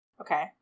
Okay